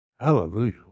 Hallelujah